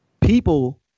people